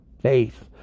faith